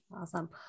Awesome